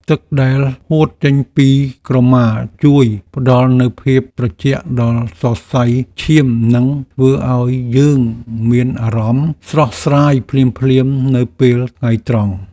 ទឹកដែលហួតចេញពីក្រមាជួយផ្ដល់នូវភាពត្រជាក់ដល់សរសៃឈាមនិងធ្វើឱ្យយើងមានអារម្មណ៍ស្រស់ស្រាយភ្លាមៗនៅពេលថ្ងៃត្រង់។